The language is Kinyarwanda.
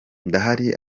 ndahari